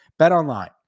Betonline